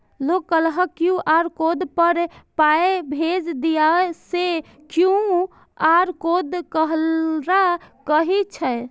लोग कहलक QR code पर पाय भेज दियौ से क्यू.आर कोड ककरा कहै छै?